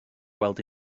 gweld